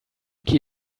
key